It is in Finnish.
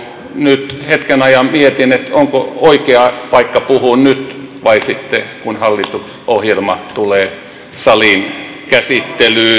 hetken ajan mietin onko oikea paikka puhua nyt vai sitten kun hallitusohjelma tulee saliin käsittelyyn